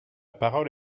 parole